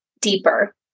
deeper